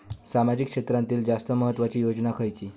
सामाजिक क्षेत्रांतील जास्त महत्त्वाची योजना खयची?